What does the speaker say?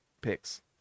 picks